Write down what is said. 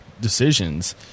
decisions